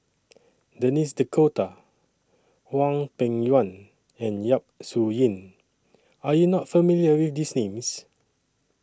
Denis D'Cotta Hwang Peng Yuan and Yap Su Yin Are YOU not familiar with These Names